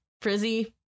frizzy